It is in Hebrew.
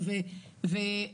מטופלים שמאושפזים רוב חייהם.